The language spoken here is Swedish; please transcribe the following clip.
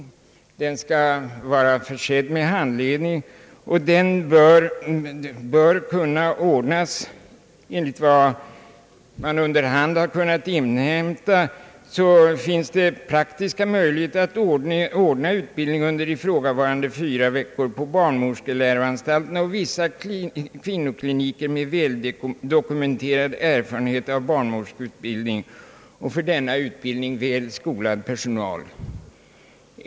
Under denna tid bör en verklig handledning av eleverna kunna komma till stånd, och enligt vad som under hand kunnat inhämtas finns det praktiska möjligheter att ordna ut-' bildning under ifrågavarande fyra veckor på barnmorskeläroanstalterna och vissa kvinnokliniker med väldokumenterad erfarenhet av. barnmorskeutbildning och för denna utbildning väl sko lad personal.